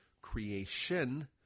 creation